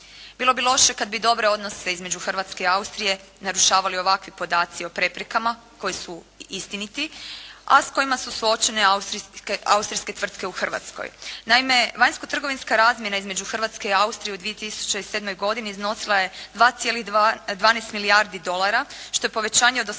Bilo bi loše kada bi dobre odnose između Hrvatske i Austrije, narušavali ovakvi podaci o preprekama koji su istiniti, a s kojim su suočene austrijske tvrtke u Hrvatskoj. Naime, vanjskotrgovinska razmjena između Hrvatske i Austrije u 2007. godini iznosila je 2,2, 12 milijardi dolara, što je povećanje od 18%